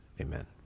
amen